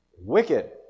Wicked